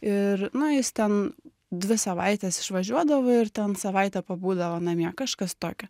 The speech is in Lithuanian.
ir nu jis ten dvi savaites išvažiuodavo ir ten savaitę pabūdavo namie kažkas tokio